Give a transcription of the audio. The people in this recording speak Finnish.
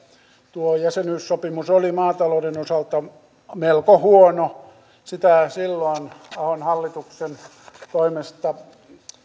tuo jäsenyyssopimus oli maatalouden osalta melko huono sitä silloin ahon hallituksen toimesta